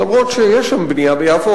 למרות שיש שם בנייה ביפו,